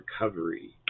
recovery